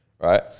right